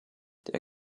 der